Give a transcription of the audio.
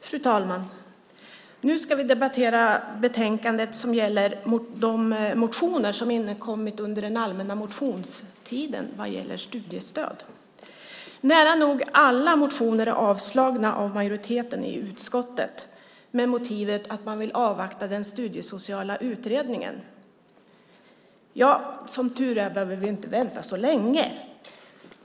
Fru talman! Nu ska vi debattera betänkandet som gäller de motioner som inkommit under den allmänna motionstiden vad gäller studiestöd. Nära nog alla motioner är avstyrkta av majoriteten i utskottet med motivet att man vill avvakta den studiesociala utredningen. Som tur är behöver vi inte vänta så länge.